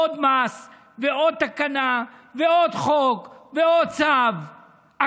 עוד מס ועוד תקנה ועוד חוק ועוד צו,